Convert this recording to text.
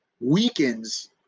weakens